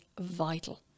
vital